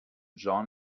john